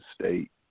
state